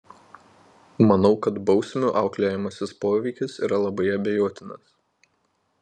manau kad bausmių auklėjamasis poveikis yra labai abejotinas